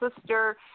sister